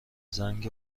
زنگ